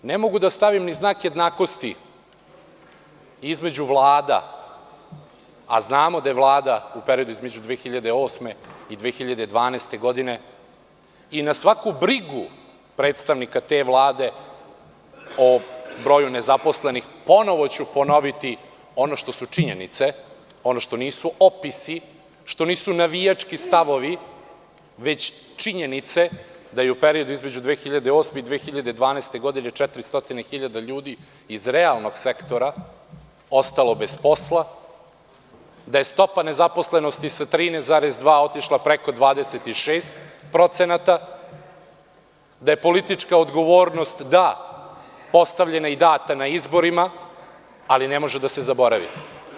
Ne mogu da stavim ni znak jednakosti između vlada, a znamo da je Vlada u periodu između 2008. i 2012. godine, i na svaku brigu predstavnika te Vlade o broju nezaposlenih, ponovo ću ponoviti ono što su činjenice, ono što nisu opisi, što nisu navijački stavovi, već činjenice da je u periodu između 2008. i 2012. godine 400.000 ljudi iz realnog sektora ostalo bez posla, da je stopa nezaposlenosti sa 13,2% otišla preko 26%, da je politička odgovornost, da, postavljena i data na izborima, ali ne može da se zaboravi.